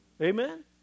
Amen